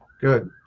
Good